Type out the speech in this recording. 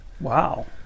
Wow